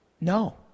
No